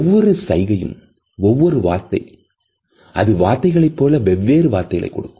ஒவ்வொரு சைகையும் ஒவ்வொரு வார்த்தை அது வார்த்தைகளைப் போல வெவ்வேறு அர்த்தங்களை கொடுக்கும்